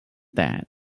that